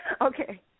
Okay